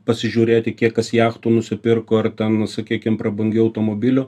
pasižiūrėti kiek kas jachtų nusipirko ar ten sakykim prabangių automobilių